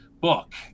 book